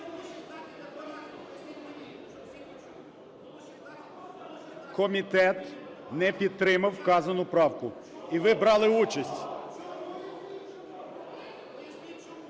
Комітет не підтримав вказану правку. І ви брали участь.